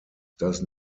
does